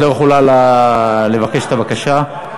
את לא יכולה לבקש את הבקשה.